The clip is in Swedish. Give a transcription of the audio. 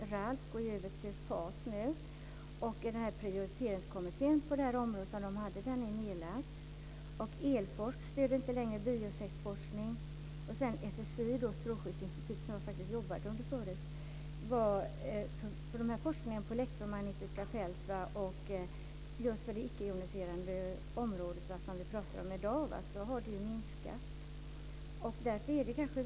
RALF har nu ersatts av FAS, och den prioriteringskommitté som man haft på detta område är nedlagd. Elforsk stöder inte längre bieffektsforskning. Strålskyddsinstitutet, SSI, som jag tidigare jobbat under, har sysslat med forskning om elektromagnetiska fält på det ickejoniserande området, som vi i dag talar om, men den forskningen har minskat.